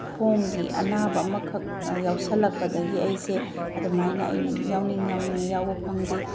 ꯈꯣꯡꯒꯤ ꯑꯅꯥꯕ ꯑꯃꯈꯛ ꯌꯥꯎꯁꯤꯜꯂꯛꯄꯗꯒꯤ ꯑꯩꯁꯦ ꯑꯗꯨꯃꯥꯏꯅ ꯑꯩꯅ ꯌꯥꯎꯅꯤꯡ ꯌꯥꯎꯅꯤꯡꯅ ꯌꯥꯎꯕ ꯐꯪꯗꯦ